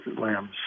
Lamb's